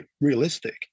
realistic